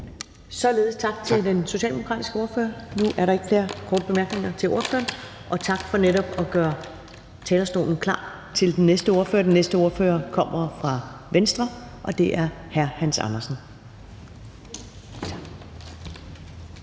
Således tak til den socialdemokratiske ordfører, nu er der ikke flere korte bemærkninger til ordføreren, og tak for netop at gøre talerstolen klar til den næste ordfører. Den næste ordfører kommer fra Venstre, og det er hr. Hans Andersen.